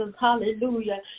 Hallelujah